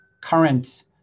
current